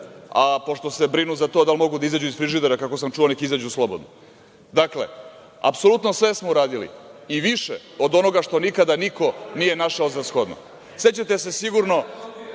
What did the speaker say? Pošto se brinu za to da li mogu da izađu iz frižidera, kako sam čuo, neka izađu slobodno. Dakle, apsolutno sve smo uradili i više od onoga što nikada niko nije našao za shodno. Sećate se sigurno,